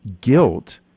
guilt